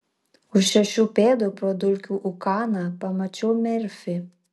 už šešių pėdų pro dulkių ūkaną pamačiau merfį